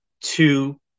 two